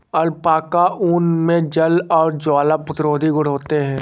alpaca ऊन मे जल और ज्वाला प्रतिरोधी गुण होते है